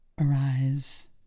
arise